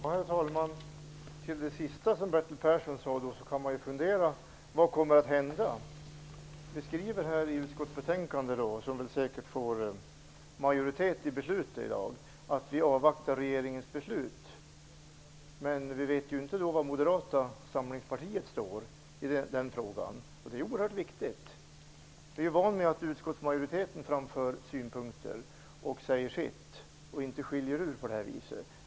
Herr talman! Med anledning av det sista som Bertil Persson sade kan man fundera över vad som kommer att hända. Det framhålls i utskottsmajoritetens skrivning, som säkerligen kommer att antas genom kammarens beslut i dag, att regeringens beslut skall avvaktas. Men vi vet inte var Moderata samlingspartiet står i denna fråga, och det är oerhört viktigt. Vi är vana vid att utskottsmajoriteten framför sina synpunkter utan att man inom den har avvikande meningar.